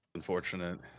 unfortunate